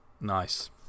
nice